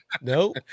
Nope